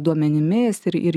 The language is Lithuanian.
duomenimis ir ir